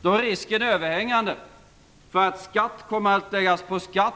Då är risken överhängande för att skatt kommer att läggas på skatt